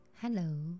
Hello